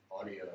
Audio